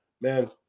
Man